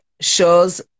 shows